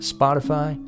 Spotify